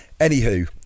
Anywho